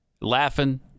Laughing